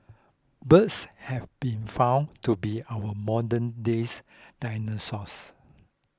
birds have been found to be our modern days dinosaurs